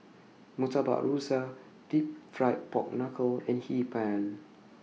Murtabak Rusa Deep Fried Pork Knuckle and Hee Pan